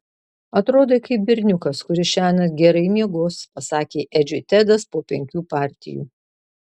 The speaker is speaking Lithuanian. atrodai kaip berniukas kuris šiąnakt gerai miegos pasakė edžiui tedas po penkių partijų